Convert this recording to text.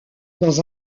dans